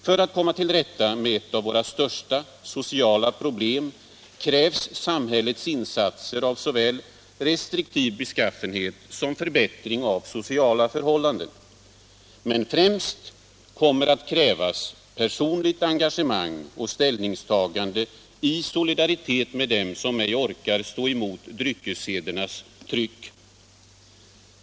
För att komma till rätta med ett av våra största sociala problem krävs såväl samhällsinsatser av restriktiv beskaffenhet som förbättring av sociala förhållanden. Men främst kommer det att krävas personligt engagemang och ställningstagande i solidaritet med dem som ej orkar stå emot dryckessedernas tryck.